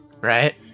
right